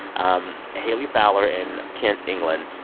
um hayley fowler in kent, england,